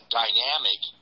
dynamic